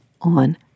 on